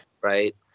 Right